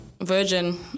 Virgin